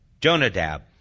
jonadab